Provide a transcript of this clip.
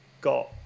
got